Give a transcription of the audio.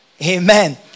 amen